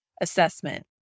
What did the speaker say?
assessment